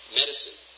medicine